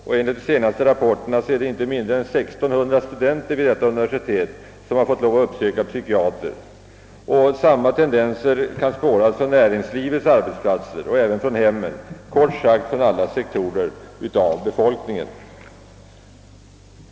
Och enligt den senaste rapporten har inte mindre än 1 600 studenter vid detta universitet fått lov att besöka psykiater. Samma tendens kan spåras från näringslivets arbetsplatser och även från hemmen — kort sagt från alla sektorer av befolkningen.